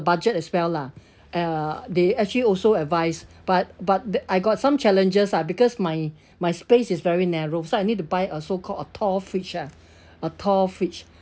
budget as well lah uh they actually also advise but but I got some challenges ah because my my space is very narrow so I need to buy a so-called a tall fridge ah a tall fridge